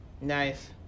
Nice